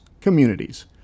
communities